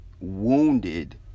wounded